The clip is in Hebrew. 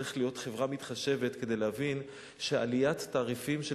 צריך להיות חברה מתחשבת כדי להבין שעליית תעריפים של